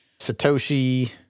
Satoshi